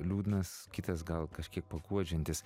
liūdnas kitas gal kažkiek paguodžiantis